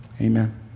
amen